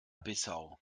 bissau